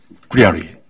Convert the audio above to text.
clearly